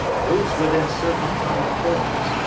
moves within certain common forms,